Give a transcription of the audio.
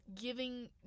giving